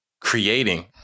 creating